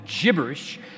gibberish